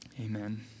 amen